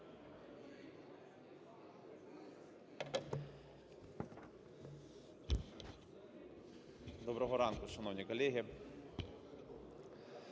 Доброго ранку, шановні колеги!